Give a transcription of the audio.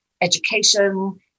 education